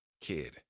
kid